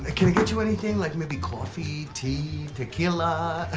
ah can i get you anything? like maybe coffee, tea, tequila?